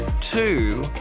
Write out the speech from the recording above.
two